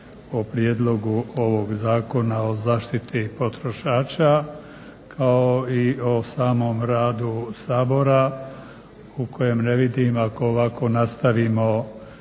o prijedlogu ovog Zakona o zaštiti potrošača kao i o samom radu Sabora u kojem ne vidim ako ovako nastavimo